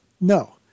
No